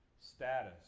status